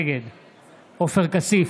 נגד עופר כסיף,